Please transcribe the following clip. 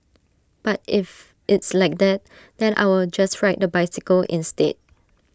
but if it's like that then I will just ride A bicycle instead